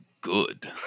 good